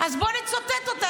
אז בואו נצטט אותה.